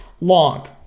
long